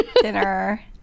dinner